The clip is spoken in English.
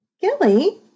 Gilly